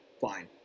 fine